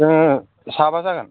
जोङो साबा जागोन